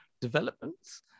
developments